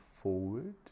forward